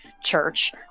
church